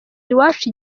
iwacu